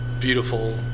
beautiful